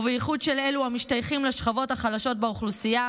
ובייחוד של אלה המשתייכים לשכבות החלשות באוכלוסייה.